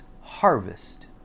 harvest